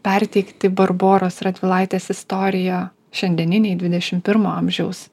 perteikti barboros radvilaitės istoriją šiandieninei dvidešim pirmo amžiaus